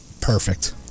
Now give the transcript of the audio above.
Perfect